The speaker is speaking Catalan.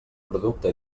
producte